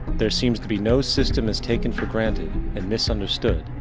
there seems to be no system as taken for granted and misunderstood,